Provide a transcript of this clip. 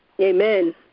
amen